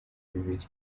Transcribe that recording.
bibiri